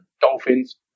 Dolphins